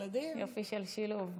הילדים, יופי של שילוב.